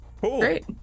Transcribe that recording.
Great